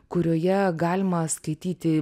kurioje galima skaityti